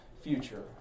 future